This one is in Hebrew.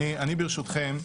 ברשותכם,